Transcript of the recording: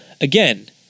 again